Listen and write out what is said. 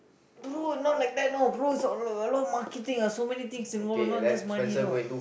pro not like that know pro is a a lot of marketing so many things involved not just money you know